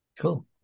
cool